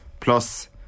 Plus